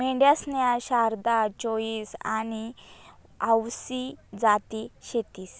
मेंढ्यासन्या शारदा, चोईस आनी आवसी जाती शेतीस